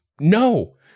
No